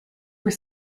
were